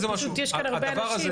פשוט יש כאן הרבה אנשים.